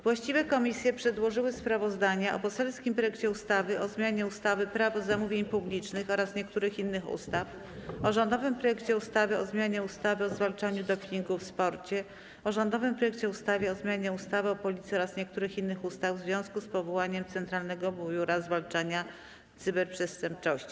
Właściwe komisje przedłożyły sprawozdania o poselskim projekcie ustawy o zmianie ustawy - Prawo zamówień publicznych oraz niektórych innych ustaw, o rządowym projekcie ustawy o zmianie ustawy o zwalczaniu dopingu w sporcie, o rządowym projekcie ustawy o zmianie ustawy o Policji oraz niektórych innych ustaw w związku z powołaniem Centralnego Biura Zwalczania Cyberprzestępczości.